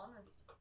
honest